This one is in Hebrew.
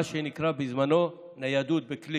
מה שנקרא בזמנו "ניידות בקליק"